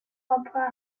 opera